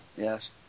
yes